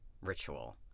ritual